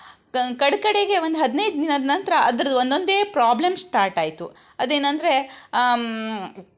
ಕಡೆ ಕಡೆಗೆ ಒಂದು ಹದಿನೈದು ದಿನದ ನಂತರ ಅದ್ರದ್ದು ಒಂದೊಂದೇ ಪ್ರಾಬ್ಲಂ ಸ್ಟಾರ್ಟ್ ಆಯಿತು ಅದೇನೆಂದ್ರೆ